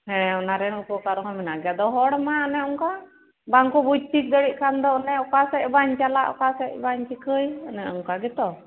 ᱦᱮᱸ ᱚᱱᱟ ᱨᱮᱭᱟᱜ ᱠᱟᱨᱚᱱ ᱦᱚᱸ ᱢᱮᱱᱟᱜᱼᱟ ᱟᱫᱚ ᱦᱚᱲ ᱢᱟ ᱚᱱᱮ ᱚᱱᱠᱟ ᱵᱟᱝ ᱠᱚ ᱵᱩᱡ ᱴᱷᱤᱠ ᱫᱟᱲᱮᱭᱟᱜ ᱠᱷᱟᱱ ᱫᱚ ᱚᱱᱮ ᱚᱠᱟ ᱥᱮᱫ ᱵᱟᱝ ᱪᱟᱞᱟᱜ ᱚᱠᱟ ᱥᱮᱫ ᱵᱟᱝ ᱪᱤᱠᱟᱹᱭ ᱚᱱᱮ ᱚᱱᱠᱟ ᱜᱮᱛᱚ